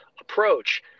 approach